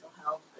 health